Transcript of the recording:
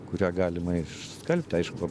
kurią galima išskalbti aišku